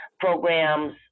programs